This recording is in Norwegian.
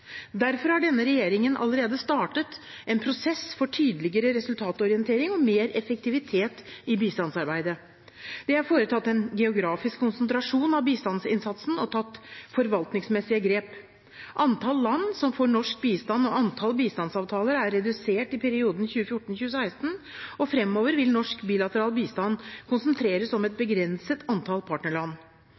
Derfor har denne regjeringen allerede startet en prosess for tydeligere resultatorientering og mer effektivitet i bistandsarbeidet. Det er foretatt en geografisk konsentrasjon av bistandsinnsatsen og tatt forvaltningsmessige grep. Antall land som får norsk bistand, og antall bistandsavtaler, er redusert i perioden 2014–2016, og framover vil norsk bilateral bistand konsentreres om et begrenset antall partnerland.